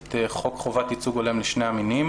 את חוק חובת ייצוג הולם לשני המינים